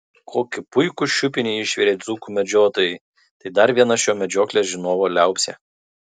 kokį puikų šiupinį išvirė dzūkų medžiotojai tai dar viena šio medžioklės žinovo liaupsė